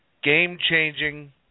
Game-changing